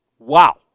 Wow